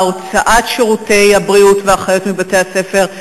הוצאת שירותי הבריאות והאחיות מבתי-הספר,